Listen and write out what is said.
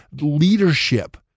Leadership